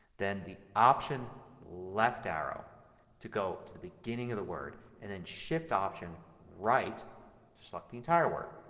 then the option left arrow to go to the beginning of the word, and then shift option right to select the entire word.